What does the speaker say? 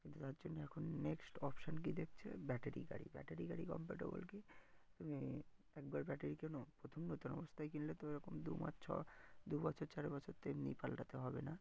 তো তার জন্যে এখন নেক্সট অপশন কী দেখছে ব্যাটারি গাড়ি ব্যাটারি গাড়ি কমফর্টেবল কি তুমি একবার ব্যাটারি কেনো প্রথম নতুন অবস্থায় কিনলে তো এরকম দুমাস ছ দু বছর চার বছর তো এমনি পালটাতে হবে না